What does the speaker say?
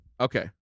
okay